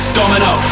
Domino